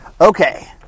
Okay